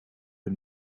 een